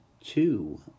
two